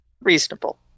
Reasonable